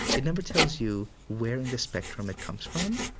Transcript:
it never tells you where in the spectrum it comes from.